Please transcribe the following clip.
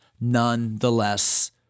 nonetheless